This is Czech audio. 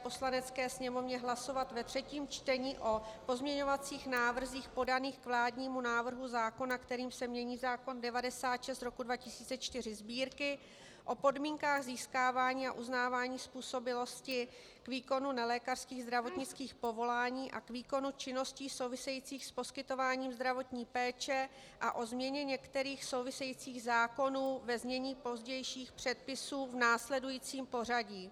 Poslanecké sněmovně hlasovat ve třetím čtení o pozměňovacích návrzích podaných k vládnímu návrhu zákona, kterým se mění zákon č. 96/2004 Sb., o podmínkách získávání a uznávání způsobilosti k výkonu nelékařských zdravotnických povolání a k výkonu činností souvisejících s poskytováním zdravotní péče a o změně některých souvisejících zákonů, ve znění pozdějších předpisů, v následujícím pořadí: